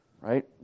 right